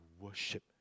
worship